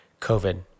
COVID